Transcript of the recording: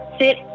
sit